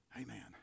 Amen